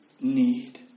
need